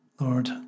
Lord